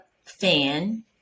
fan